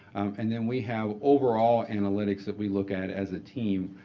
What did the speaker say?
and then we have overall analytics that we look at as a team.